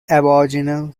aboriginal